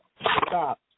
Stop